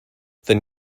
then